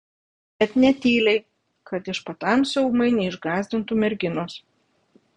bet ne tyliai kad iš patamsio ūmai neišgąsdintų merginos